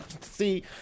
See